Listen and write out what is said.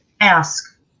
ask